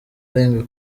arenga